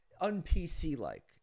un-PC-like